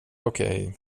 okej